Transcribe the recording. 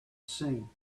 sing